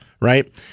right